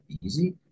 easy